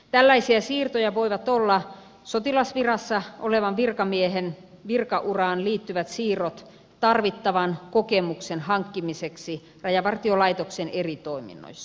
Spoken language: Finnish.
tällaisia siirtoja voivat olla sotilasvirassa olevan virkamiehen virkauraan liittyvät siirrot tarvittavan kokemuksen hankkimiseksi rajavartiolaitoksen eri toiminnoissa